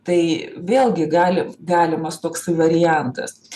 tai vėlgi gali galimas toks variantas